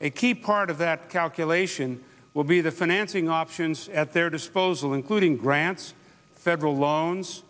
a key part of that calculation will be the financing options at their disposal including grants federal loans